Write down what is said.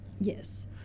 Yes